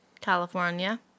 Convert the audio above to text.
California